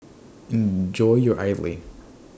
Enjoy your Idly